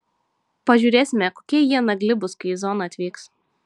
pažiūrėsime kokie jie nagli bus kai į zoną atvyks